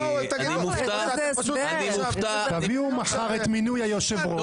אני מופתע --- תביאו מחר את מינוי היושב-ראש,